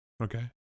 Okay